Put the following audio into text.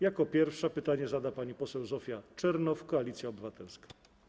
Jako pierwsza pytanie zada pani poseł Zofia Czernow, Koalicja Obywatelska.